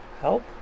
help